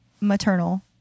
maternal